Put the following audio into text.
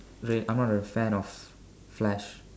I'm not a fan of Flash